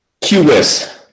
QS